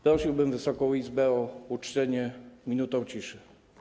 Prosiłbym Wysoką Izbę o uczczenie minutą ciszy.